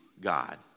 God